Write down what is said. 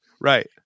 Right